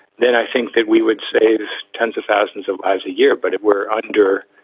then i think that we would save tens of thousands of lives a year. but if we're under